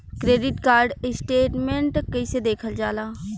Credit card statement कइसे देखल जाला?